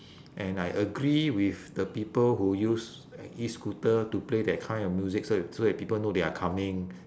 and I agree with the people who use e-scooter to play that kind of music so that so that people know they are coming